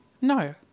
No